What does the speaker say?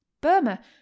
burma